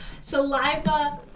saliva